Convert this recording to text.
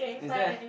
is there